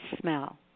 smell